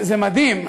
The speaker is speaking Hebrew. זה מדהים,